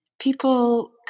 People